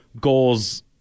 goals